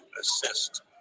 assist